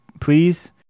please